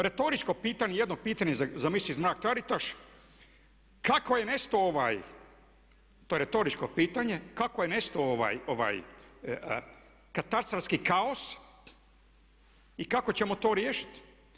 Retoričko pitanje, jedno pitanje za Missis Mrak Taritaš kako je nestao ovaj, to je retoričko pitanje, kako je nestao katastarski kaos i kako ćemo to riješiti?